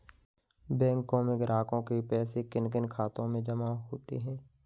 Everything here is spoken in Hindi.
बैंकों में ग्राहकों के पैसे किन किन खातों में जमा होते हैं?